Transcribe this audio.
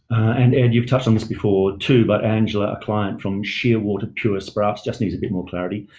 and and you've touched on this before too but angela, a client from shearwater pure sprouts just needs a bit more clarity.